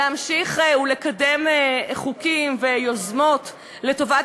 להמשיך ולקדם חוקים ויוזמות לטובת